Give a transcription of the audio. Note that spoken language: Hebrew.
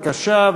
בבקשה,